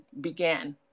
began